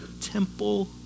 temple